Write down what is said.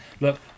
look